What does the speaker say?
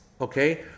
okay